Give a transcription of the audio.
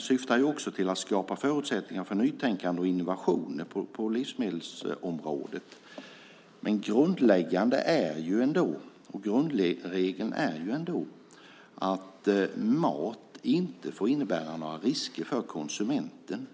syftar också till att skapa förutsättningar för nytänkande och innovationer på livsmedelsområdet. Men grundregeln är ju ändå att mat inte får innebära några risker för konsumenten.